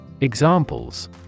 Examples